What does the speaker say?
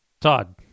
Todd